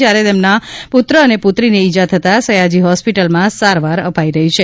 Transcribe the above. જ્યારે તેમના પુત્ર અને પુત્રીને ઇજા થતા સયાજી હોસ્પિટલમાં સારવાર અપાઇ રહી છે